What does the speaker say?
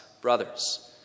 brothers